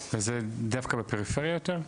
וזה דווקא בפריפריה יותר?